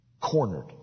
cornered